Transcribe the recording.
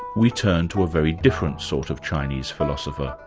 we turn to a very different sort of chinese philosopher,